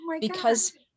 because-